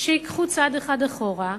שייקחו צעד אחד אחורה,